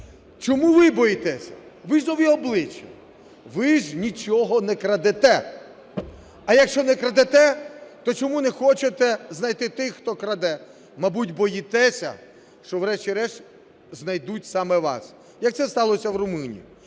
Чому ви боїтесь, ви ж – нові обличчя? Ви ж нічого не крадете. А якщо не крадете, то чому не хочете знайти тих, хто краде? Мабуть, боїтеся, що врешті-решт знайдуть саме вас, як це сталося в румунів.